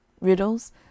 Riddles